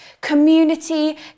Community